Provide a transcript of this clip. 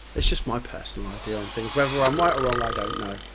it's just my personal idea on things. whether i'm right or wrong i don't know.